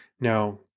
Now